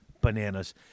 bananas